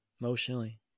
emotionally